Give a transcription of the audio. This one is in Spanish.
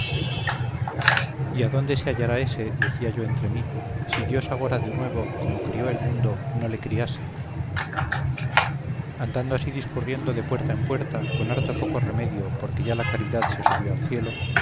y adónde se hallará ése decía yo entre mí si dios agora de nuevo como crió el mundo no le criase andando así discurriendo de puerta en puerta con harto poco remedio porque ya la caridad se subió al cielo